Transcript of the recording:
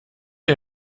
ihr